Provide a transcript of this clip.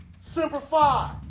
Simplify